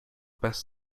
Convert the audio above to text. best